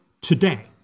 today